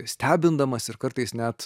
stebindamas ir kartais net